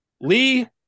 Lee